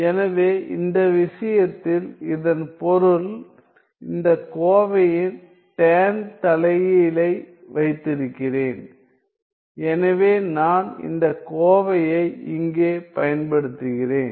எனவே இந்த விஷயத்தில் இதன் பொருள் இந்த கோவையின் tan தலைகீழை வைத்திருக்கிறேன் எனவே நான் இந்த கோவையை இங்கே பயன்படுத்துகிறேன்